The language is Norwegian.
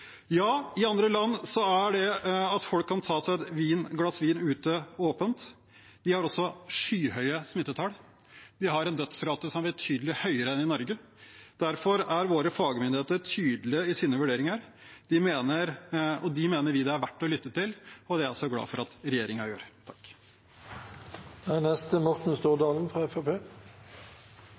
Ja, i andre land er det åpent, slik at folk kan ta seg et glass vin ute. De har også skyhøye smittetall. De har en dødsrate som er betydelig høyere enn i Norge. Derfor er våre fagmyndigheter tydelige i sine vurderinger. Dem mener vi det er verdt å lytte til, og det er jeg glad for at regjeringen gjør.